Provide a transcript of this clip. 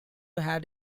had